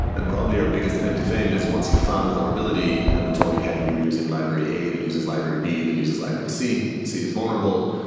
and probably our biggest claim to fame is once you found a vulnerability and we told you, hey, you're using library a that uses library b, that uses library c. c is vulnerable.